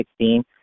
2016